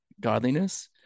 godliness